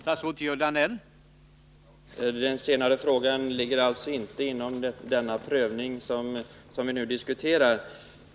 Herr talman! Den senare frågan ligger inte inom ramen för den prövning vi nu diskuterar.